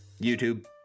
YouTube